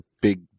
big